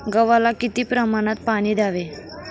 गव्हाला किती प्रमाणात पाणी द्यावे?